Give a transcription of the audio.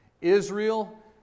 Israel